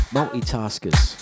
Multitaskers